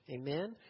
Amen